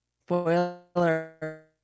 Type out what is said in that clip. spoiler